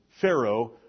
Pharaoh